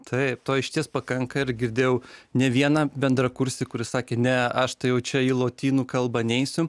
taip to išties pakanka ir girdėjau ne vieną bendrakursį kuris sakė ne aš tai jau čia į lotynų kalbą neisiu